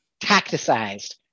Tacticized